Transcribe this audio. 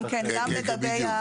בדיוק.